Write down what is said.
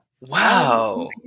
Wow